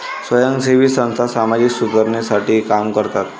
स्वयंसेवी संस्था सामाजिक सुधारणेसाठी काम करतात